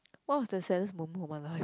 what was the saddest moment of my life